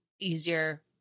easier